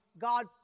God